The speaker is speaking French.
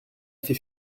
fait